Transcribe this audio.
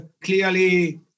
clearly